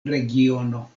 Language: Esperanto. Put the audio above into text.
regiono